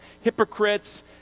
hypocrites